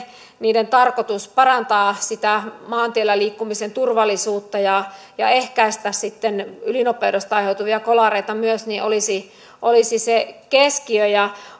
niiden tarkoitus parantaa sitä maantiellä liikkumisen turvallisuutta ja ja ehkäistä sitten ylinopeudesta aiheutuvia kolareita myös olisi olisi se keskiö on hyvin